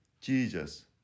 Jesus